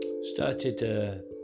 started